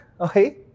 okay